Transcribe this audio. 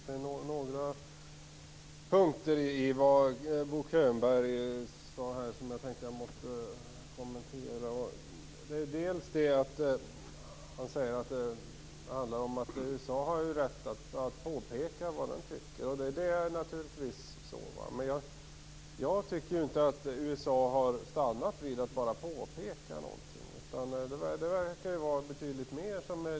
Herr talman! Det är några saker som Bo Könberg har sagt som jag måste kommentera. Han säger att man från USA:s sida har rätt att påpeka vad man tycker, och så är det naturligtvis. Men jag tycker inte att USA har stannat vid att bara göra påpekanden utan det verkar vara betydligt mer.